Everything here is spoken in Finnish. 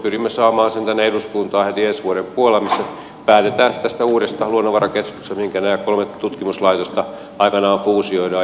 pyrimme saamaan sen tänne eduskuntaan heti ensi vuoden puolella missä päätetään sitten tästä uudesta luonnonvarakeskuksesta mihinkä nämä kolme tutkimuslaitosta aikanaan fuusioidaan